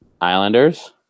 Islanders